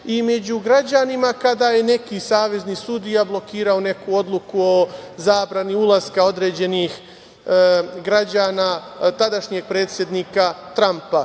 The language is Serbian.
i među građanima kada je neki savezni sudija blokirao neku odluku o zabrani ulaska određenih građana tadašnjeg predsednika Trampa. Na